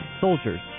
soldiers